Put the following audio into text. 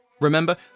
Remember